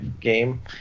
game